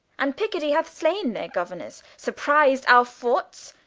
and piccardie hath slaine their gouernors, surpriz'd our forts,